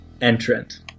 entrant